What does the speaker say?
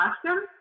question